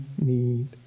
need